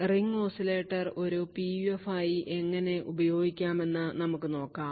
ring oscillator ഒരു PUF ആയി എങ്ങനെ ഉപയോഗിക്കാമെന്ന് നമുക്കു നോക്കാം